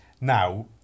now